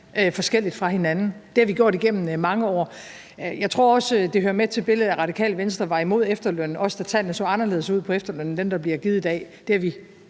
forskellige fra hinanden; det har vi gjort igennem mange år. Jeg tror også, det hører med til billedet, at Radikale Venstre var imod efterlønnen, også da tallene på efterlønsområdet så anderledes ud end tallene for, hvad der bliver givet i dag. Det har vi